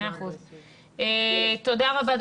תודה רבה,